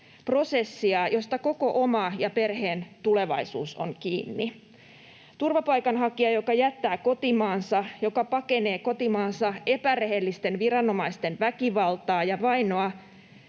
prosessia, josta koko oma ja perheen tulevaisuus on kiinni. Turvapaikanhakija, joka jättää kotimaansa, joka pakenee kotimaansa epärehellisten viranomaisten väkivaltaa ja vainoa,